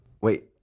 Wait